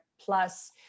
Plus